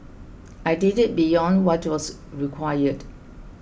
I did it beyond what was required